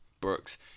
Brooks